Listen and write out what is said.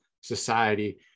society